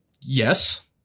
Yes